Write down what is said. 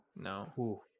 no